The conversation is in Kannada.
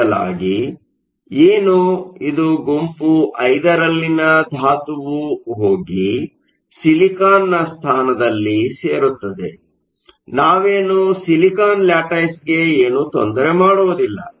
ಬದಲಾಗಿ ಏನು ಇದು ಗುಂಪು 5 ರಲ್ಲಿನ ಧಾತುವು ಹೋಗಿ ಸಿಲಿಕಾನ್ನ ಸ್ಥಾನದಲ್ಲಿ ಸೇರುತ್ತದೆ ನಾವೇನು ಸಿಲಿಕಾನ್ ಲ್ಯಾಟಿಸ್ಗೆ ಏನು ತೊಂದರೆ ಮಾಡುವುದಿಲ್ಲ